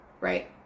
Right